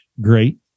great